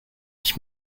ich